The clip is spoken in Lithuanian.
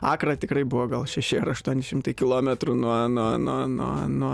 akra tikrai buvo gal šeši ar aštuoni šimtai kilometrų nuo nuo nuo nuo nuo